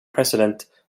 president